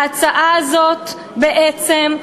ההצעה הזאת, בעצם,